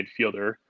midfielder